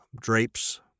drapes